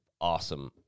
awesome